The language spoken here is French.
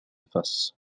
fasse